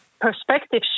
perspective